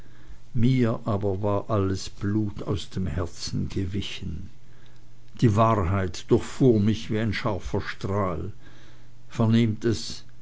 mir aber war alles blut aus dem herzen gewichen die wahrheit durchfuhr mich wie ein scharfer strahl vernehmt es